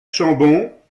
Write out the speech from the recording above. chambon